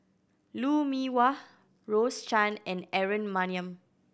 Lou Mee Wah Rose Chan and Aaron Maniam